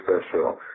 special